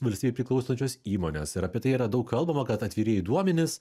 valstybei priklausančios įmonės ir apie tai yra daug kalbama kad atvirieji duomenys